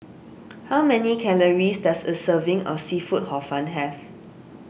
how many calories does a serving of Seafood Hor Fun have